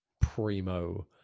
primo